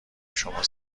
شما